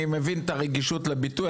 אני מבין את הרגישות לביטוי.